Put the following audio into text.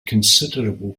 considerable